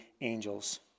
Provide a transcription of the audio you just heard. angels